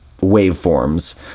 waveforms